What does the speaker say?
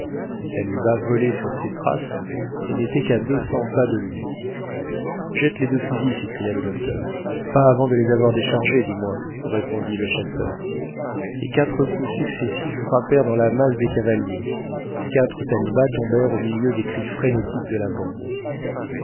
les talibas volaient sur ses traces et n'étaient qu'à deux cents pas de lui jette les deux fusils s'écria le docteur pas avant de les avoir déchargés du moins répondit le chasseur et quatre coups successifs frappèrent dans la masse des cavaliers quatre talibas tombèrent au milieu des cris frénétiques de la bande